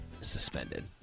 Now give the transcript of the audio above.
suspended